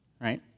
right